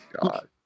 God